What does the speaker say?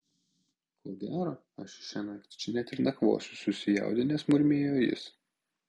ko gero aš šiąnakt čia net ir nakvosiu susijaudinęs murmėjo jis